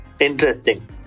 Interesting